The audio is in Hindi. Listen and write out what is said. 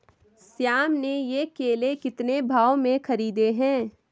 श्याम ने ये केले कितने भाव में खरीदे हैं?